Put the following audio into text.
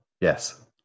Yes